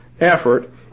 effort